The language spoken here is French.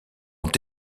ont